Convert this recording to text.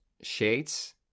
Shades